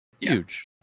huge